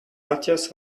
matthias